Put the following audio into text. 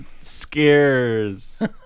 scares